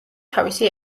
თავისი